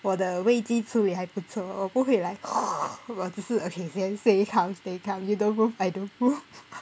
我的危机处理还不错我不会 like 我只是 okay stay calm stay calm you don't move I don't move